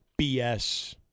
BS